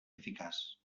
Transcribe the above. eficaç